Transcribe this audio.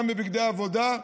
גם בבגדי עבודה,